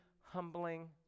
humbling